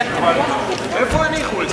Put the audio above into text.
איפה הניחו את זה?